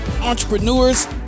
entrepreneurs